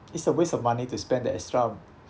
it's a waste of money to spend the extra